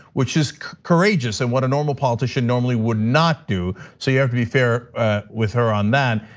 which is courageous, and what a normal politician normally would not do, so you have to be fair with her on that.